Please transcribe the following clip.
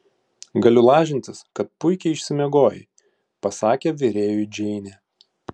galiu lažintis kad puikiai išsimiegojai pasakė virėjui džeinė